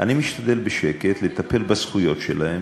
אני משתדל בשקט לטפל בזכויות שלהן.